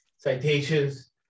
citations